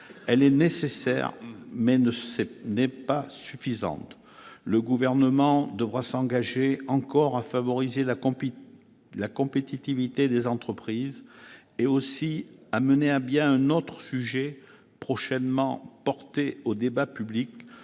il est nécessaire, mais n'est pas suffisant. Le Gouvernement devra encore s'engager à favoriser la compétitivité des entreprises et aussi à mener à bien un autre sujet prochainement porté au débat public,